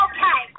Okay